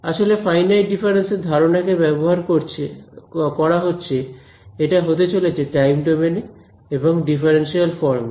আসলে finite difference এর ধারণাকে ব্যবহার করা হচ্ছে এটা হতে চলেছে টাইম ডোমেইনে এবং ডিফারেনশিয়াল ফর্মে